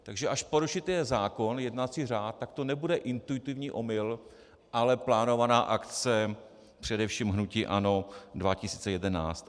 Takže až porušíte zákon, jednací řád, tak to nebude intuitivní omyl, ale plánovaná akce, především hnutí ANO 2011.